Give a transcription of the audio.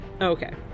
Okay